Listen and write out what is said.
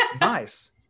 nice